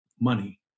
money